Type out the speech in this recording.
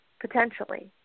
potentially